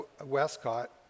Westcott